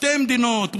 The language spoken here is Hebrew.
שתי מדינות,